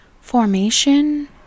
Formation